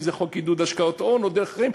אם חוק עידוד השקעות הון או דרכים אחרות.